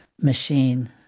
machine